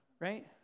right